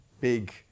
big